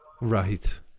Right